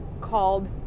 called